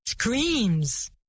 screams